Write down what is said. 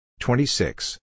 26